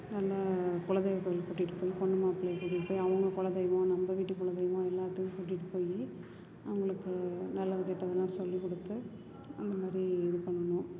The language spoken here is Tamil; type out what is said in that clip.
நல்ல குல தெய்வ கோயிலுக்குக் கூட்டிகிட்டுப் போய் பொண்ணு மாப்ளைய கூட்டிகிட்டுப் போய் அவங்க குல தெய்வம் நம்ம வீட்டுக் குல தெய்வம் எல்லாத்துக்கும் கூட்டிகிட்டுப் போய் அவர்களுக்கு நல்லது கெட்டதெல்லாம் சொல்லிக்கொடுத்து அந்த மாதிரி இது பண்ணணும்